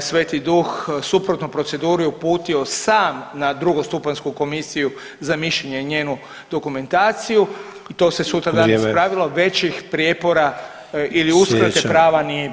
Sveti Duh suprotno proceduri uputio sam na drugostupanjsku komisiju za mišljenje njenu dokumentaciju i to se sutradan ispravilo, većih prijepora ili uskrate prava nije bilo.